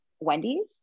Wendy's